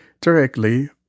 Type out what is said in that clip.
directly